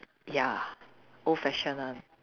ya old fashion one